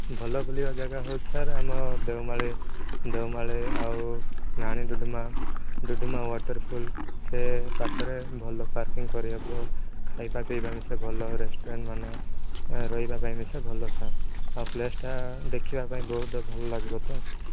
ଭଲ ବୁଲିବା ଯାଗା ହେଉଛି ସାର୍ ଆମ ଦେଓମାଳି ଦେଓମାଳି ଆଉ ରାଣୀ ଡୁଡ଼ୁମା ଡୁଡ଼ୁମା ୱାଟର୍ଫଲ୍ ସେ ପାଖରେ ଭଲ ପାର୍କିଂ କରିବାକୁ ଖାଇବା ପିଇବା ନିଶ୍ଚୟ ଭଲ ରେଷ୍ଟୋରାଣ୍ଟ୍ମାନେ ରହିବା ପାଇଁ ବି ସେ ଭଲ ସାର୍ ପ୍ଲେସ୍ଟା ଦେଖିବାପାଇଁ ବି ବହୁତ ଭଲ ଲାଗିବ ତ